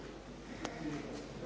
Hvala